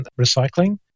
recycling